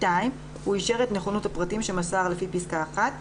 הוא אישר את נכונות הפרטים שמסר לפי פסקה (1),